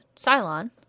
Cylon